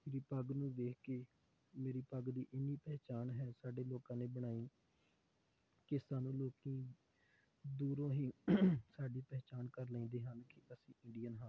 ਮੇਰੀ ਪੱਗ ਨੂੰ ਦੇਖ ਕੇ ਮੇਰੀ ਪੱਗ ਦੀ ਇੰਨੀ ਪਹਿਚਾਣ ਹੈ ਸਾਡੇ ਲੋਕਾਂ ਨੇ ਬਣਾਈ ਕਿ ਸਾਨੂੰ ਲੋਕ ਦੂਰੋਂ ਹੀ ਸਾਡੀ ਪਹਿਚਾਣ ਕਰ ਲੈਂਦੇ ਹਨ ਕਿ ਅਸੀਂ ਇੰਡੀਅਨ ਹਾਂ